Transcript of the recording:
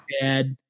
dad